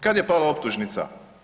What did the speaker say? Kad je pala optužnica?